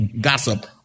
gossip